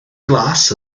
glas